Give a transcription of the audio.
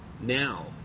now